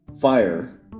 fire